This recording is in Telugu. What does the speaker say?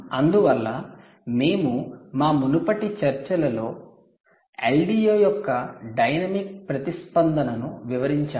అందువల్ల మేము మా మునుపటి చర్చలలో LDO యొక్క డైనమిక్ ప్రతిస్పందనను వివరించాము